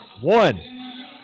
one